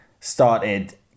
started